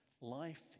life